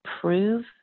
prove